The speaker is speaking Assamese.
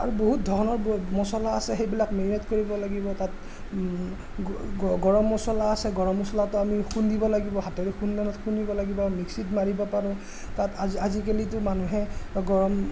আৰু বহুত ধৰণৰ ব মছলা আছে সেইবিলাক মেৰিনেট কৰিব লাগিব তাত গৰম মছলা আছে গৰম মছলাটো আমি খুন্দিব লাগিব হাতেৰে খুন্দনাত খুন্দিব লাগিব মিক্সিত মাৰিব পাৰোঁ তাত আজি আজিকালিটো মানুহে গৰম